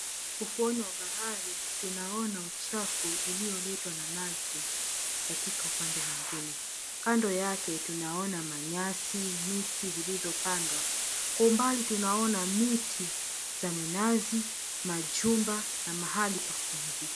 Ufuoni mwa bahari, tunaona uchafu ulioletwa na bahari katika upande mwingine. Kando yake tunaona manyasi, miti zilizopandwa. Kwa umbali tunaona miti za minazi, majumba na mahali pa kupumzikia.